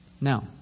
Now